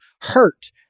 hurt